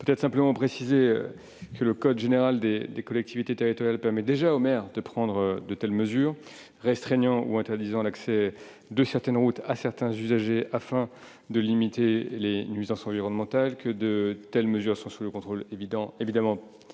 de nombreux mois. Je précise que le code général des collectivités territoriales permet déjà aux maires de prendre des mesures restreignant ou interdisant l'accès de certaines routes à certains usagers, afin de limiter les nuisances environnementales. De telles mesures sont évidemment